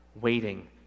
waiting